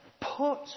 put